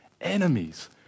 enemies